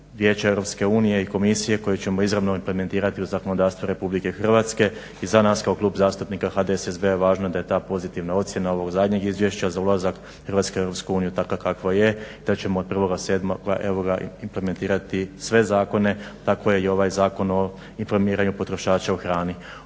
Vijeća EU i Komisije koju ćemo izravno implementirati u zakonodavstvu RH. I za nas kao Klub zastupnika HDSSB-a je važno da je ta pozitivna ocjena ovog zadnjeg izvješća za ulazak Hrvatske u EU takva kakva je, te ćemo od 1.7. implementirati sve zakone, tako je i ovaj Zakon o informiranju potrošača o hrani.